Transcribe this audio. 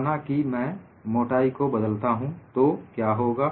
माना कि मैं मोटाई को बदलता हूं तो क्या होगा